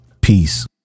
peace